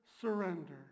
surrender